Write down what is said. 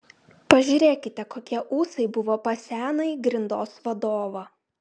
pažiūrėkite kokie ūsai buvo pas senąjį grindos vadovą